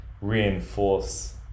reinforce